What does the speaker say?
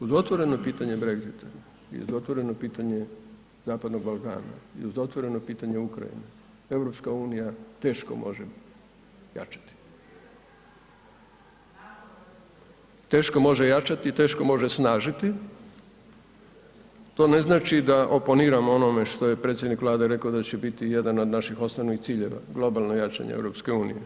Uz otvoreno pitanje Brexita i uz otvoreno pitanje zapadnog Balkana i uz otvoreno pitanje Ukrajine, EU teško može jačati, teško može jačati i teško može snažiti, to ne znači da oponiram onome što je predsjednik Vlade rekao da će biti jedan od naših osnovnih ciljeva, globalno jačanje EU.